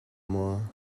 maw